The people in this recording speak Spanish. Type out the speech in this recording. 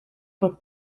por